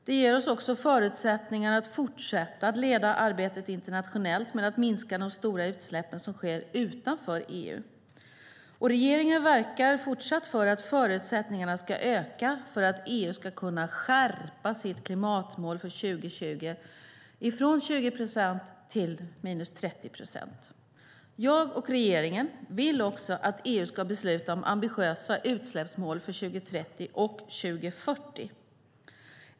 Det ger oss också förutsättningar att fortsätta leda arbetet internationellt med att minska de stora utsläpp som sker utanför EU. Regeringen verkar fortsatt för att förutsättningarna ska öka för att EU ska kunna skärpa sitt klimatmål för 2020 från minus 20 procent till minus 30 procent. Jag och regeringen vill också att EU ska besluta om ambitiösa utsläppsmål för 2030 och 2040.